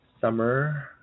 summer